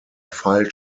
file